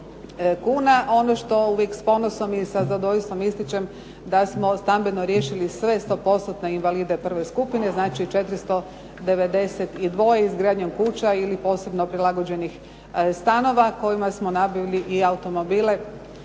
kuna. Ono što uvijek s ponosom i sa zadovoljstvom ističem da smo stambeno riješili sve sto postotne invalide prve skupine, znači 492 izgradnjom kuća ili posebno prilagođenih stanova kojima smo nabavili i automobile.